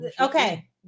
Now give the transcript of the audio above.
okay